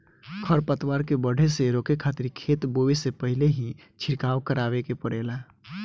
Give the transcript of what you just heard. खर पतवार के बढ़े से रोके खातिर खेत बोए से पहिल ही छिड़काव करावे के पड़ेला